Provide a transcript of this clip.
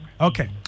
Okay